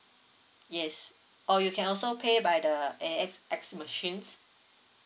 yes or you can also pay by the A_X_X machines